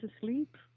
asleep